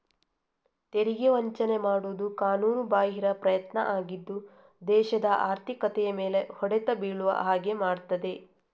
ತೆರಿಗೆ ವಂಚನೆ ಮಾಡುದು ಕಾನೂನುಬಾಹಿರ ಪ್ರಯತ್ನ ಆಗಿದ್ದು ದೇಶದ ಆರ್ಥಿಕತೆಯ ಮೇಲೆ ಹೊಡೆತ ಬೀಳುವ ಹಾಗೆ ಮಾಡ್ತದೆ